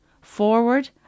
forward